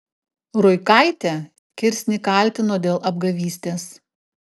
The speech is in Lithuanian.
ruikaitė kirsnį kaltino dėl apgavystės